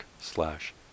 slash